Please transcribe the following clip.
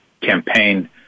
campaign